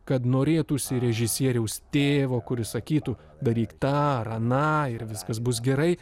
kad norėtųsi režisieriaus tėvo kuris sakytų daryk tą ar aną ir viskas bus gerai